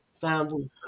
found